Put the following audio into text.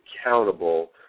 accountable